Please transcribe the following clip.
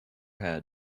head